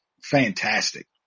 Fantastic